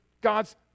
God's